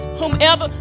whomever